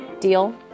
deal